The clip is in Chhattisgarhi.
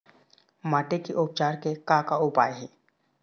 माटी के उपचार के का का उपाय हे?